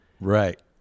Right